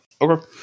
okay